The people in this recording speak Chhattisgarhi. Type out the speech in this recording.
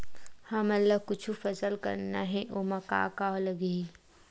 हमन ला कुछु फसल करना हे ओमा का का लगही?